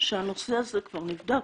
שהנושא הזה כבר נבדק,